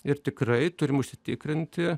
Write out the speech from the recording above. ir tikrai turim užsitikrinti